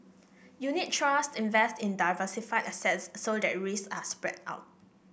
unit trust invest in diversified assets so that risks are spread out